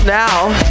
now